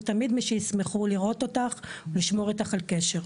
תמיד מי שישמחו לראות אותך ולשמור איתך על קשר.